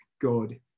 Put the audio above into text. God